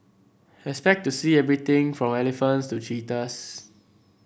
expect to see everything from elephants to cheetahs